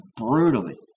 brutally